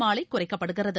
மாலை குறைக்கப்படுகிறது